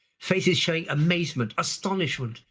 faces showing amazement, astonishment,